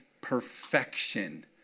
perfection